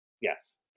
Yes